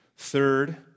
Third